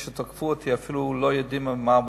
שתקפו אותי לא יודעים אפילו במה מדובר.